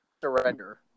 surrender